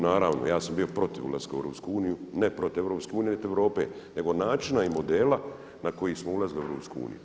Naravno, ja sam bio protiv ulaska u EU, ne protiv EU niti Europe nego načina i modela na koji smo ulazili u EU.